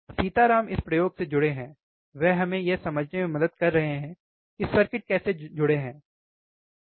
सीताराम इस प्रयोग से जुड़े हैं वह हमें यह समझने में मदद कर रहे हैं कि सर्किट कैसे जुड़े हैं है ना